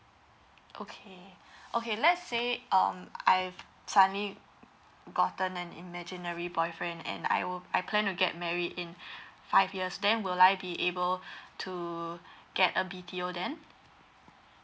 okay okay let's say um I've suddenly gotten an imaginary boyfriend and I will I plan to get married in five years then will I be able to get a B_T_O then